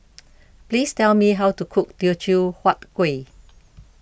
please tell me how to cook Teochew Huat Kuih